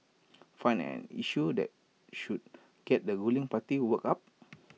find an issue that should get the ruling party worked up